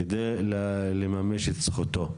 כדי לממש את זכותו,